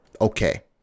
Okay